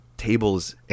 Tables